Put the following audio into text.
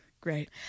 Great